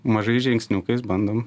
mažais žingsniukais bandom